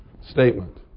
statement